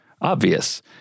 obvious